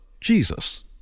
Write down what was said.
Jesus